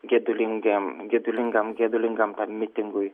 gedulingiem gedulingam gedulingam tam mitingui